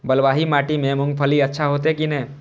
बलवाही माटी में मूंगफली अच्छा होते की ने?